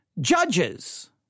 judges